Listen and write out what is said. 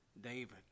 David